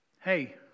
Hey